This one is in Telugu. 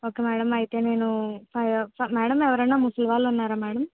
ఓకే మేడం అయితే నేను మేడం ఎవరైనా ముసలి వాళ్ళు ఉన్నారా మేడం